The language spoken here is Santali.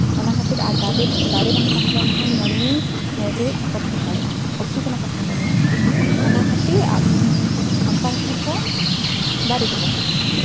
ᱚᱱᱟ ᱠᱷᱟᱹᱛᱤᱨ ᱟᱨ ᱫᱟᱨᱮ ᱫᱟᱨᱮ ᱵᱟᱝ ᱛᱟᱦᱮᱸ ᱞᱮᱱᱠᱷᱟᱱ ᱢᱟᱹᱱᱢᱤ ᱡᱮᱣᱭᱮᱛ ᱵᱟᱠᱚ ᱛᱟᱦᱮᱸ ᱫᱟᱲᱮᱭᱟᱜᱼᱟ ᱚᱠᱥᱤᱡᱮᱱ ᱚᱠᱟ ᱠᱷᱚᱱ ᱵᱚᱱ ᱧᱟᱢᱟ ᱚᱱᱟ ᱠᱷᱟᱹᱛᱤᱨ ᱥᱟᱱᱛᱟᱲ ᱦᱚᱲ ᱫᱚ ᱫᱟᱨᱮ ᱠᱚ ᱵᱚᱸᱜᱟ ᱟᱜᱼᱟ